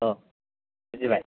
अ' बुजिबाय